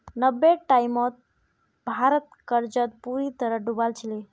नब्बेर टाइमत भारत कर्जत बुरी तरह डूबाल छिले